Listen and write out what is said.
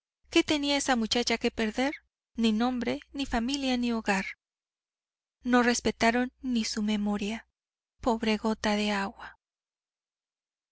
qué tenía esa muchacha que perder ni nombre ni familia ni hogar no respetaron ni su memoria pobre gota de agua